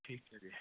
ਠੀਕ ਹੈ ਜੀ